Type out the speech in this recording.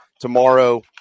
tomorrow